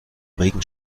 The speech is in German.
regen